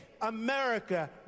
America